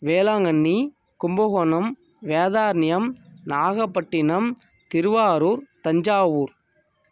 Velankanni Kumbakonam Vedaranyam Nagapattinam Thiruvarur Thanjavur